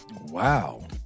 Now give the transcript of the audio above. Wow